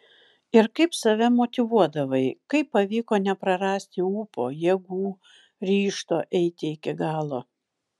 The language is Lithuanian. ir kaip save motyvuodavai kaip pavyko neprarasti ūpo jėgų ryžto eiti iki galo